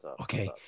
Okay